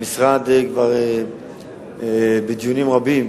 המשרד כבר בדיונים רבים